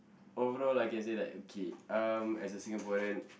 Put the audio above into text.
overall I can say that okay um as a Singaporean